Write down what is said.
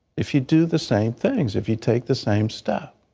if you do the same things if you take the same step.